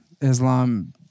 Islam